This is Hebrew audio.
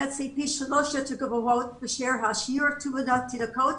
ופי 3 יותר גבוה משיעור תמותת התינוקות